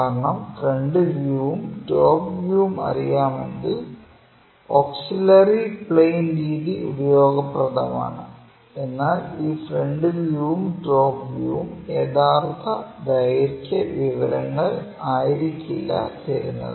കാരണം ഫ്രണ്ട് വ്യൂവും ടോപ് വ്യൂവും അറിയാമെങ്കിൽ ഓക്സിലറി പ്ലെയിൻ രീതി ഉപയോഗപ്രദമാണ് എന്നാൽ ഈ ഫ്രണ്ട് വ്യൂവും ടോപ് വ്യൂവും യഥാർത്ഥ ദൈർഘ്യ വിവരങ്ങൾ ആയിരിക്കില്ല തരുന്നത്